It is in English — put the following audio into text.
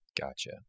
Gotcha